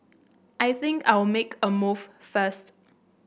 I think I'll make a move first